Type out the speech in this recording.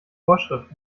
vorschrift